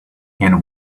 and